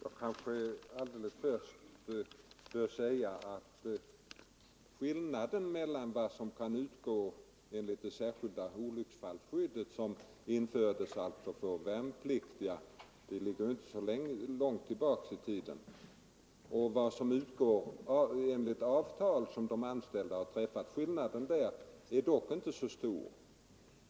Fru talman! Jag kanske allra först bör säga att skillnaden mellan vad som kan utgå enligt det särskilda olycksfallsskydd som infördes för de värnpliktiga för inte särskilt länge sedan och vad som kan utgå enligt avtal som de anställda har träffat dock inte är stor.